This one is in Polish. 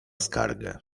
skargę